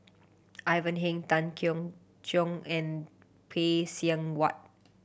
Ivan Heng Tan Keong Choon and Phay Seng Whatt